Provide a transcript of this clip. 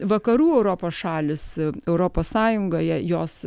vakarų europos šalys europos sąjungoje jos